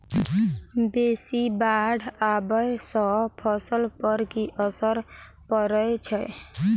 बेसी बाढ़ आबै सँ फसल पर की असर परै छै?